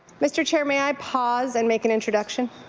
mr. chair, may i pause and make an introduction?